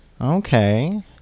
Okay